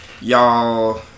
y'all